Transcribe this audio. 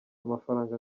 amafaranga